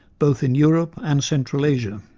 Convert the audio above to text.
both in europe and central asia.